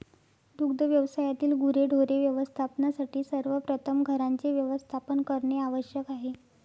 दुग्ध व्यवसायातील गुरेढोरे व्यवस्थापनासाठी सर्वप्रथम घरांचे व्यवस्थापन करणे आवश्यक आहे